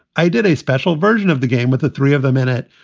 i did a special version of the game with the three of them in it.